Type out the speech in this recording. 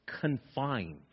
confined